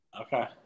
Okay